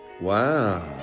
Wow